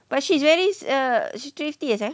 but she's very err thrifty lah sia